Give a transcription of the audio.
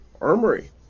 Armory